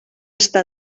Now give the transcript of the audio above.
està